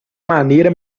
maneira